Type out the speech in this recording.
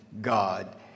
God